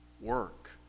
Work